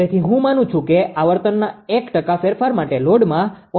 તેથી હું માનું છું કે આવર્તનના 1 ટકા ફેરફાર માટે લોડમાં 0